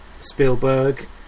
Spielberg